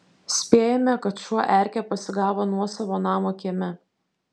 spėjame kad šuo erkę pasigavo nuosavo namo kieme